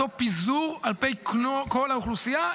אותו פיזור על פני כל האוכלוסייה.